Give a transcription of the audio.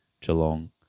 Geelong